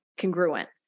congruent